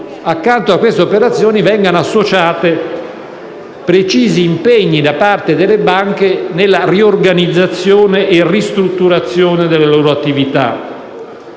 finanziario, è necessario che vengano associati precisi impegni da parte delle banche nella riorganizzazione e ristrutturazione delle loro attività.